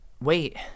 Wait